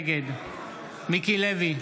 נגד מיקי לוי,